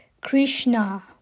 Krishna